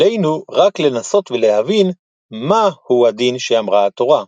עלינו רק לנסות ולהבין "מה" הוא הדין שאמרה התורה,